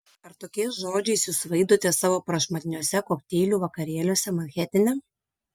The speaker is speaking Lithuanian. ar tokiais žodžiais jūs svaidotės savo prašmatniuose kokteilių vakarėliuose manhetene